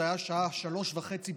זה היה בשעה 15:30,